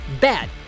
bad